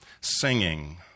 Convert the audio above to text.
singing